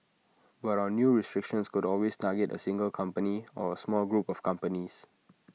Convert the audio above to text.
but A new restrictions could always target A single company or A small group of companies